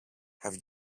have